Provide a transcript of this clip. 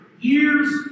years